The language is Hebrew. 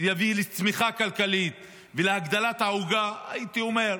ויביא לצמיחה כלכלית ולהגדלת העוגה, הייתי אומר,